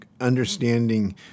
Understanding